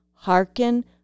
Hearken